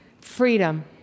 Freedom